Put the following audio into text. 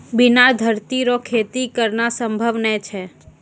बिना धरती रो खेती करना संभव नै छै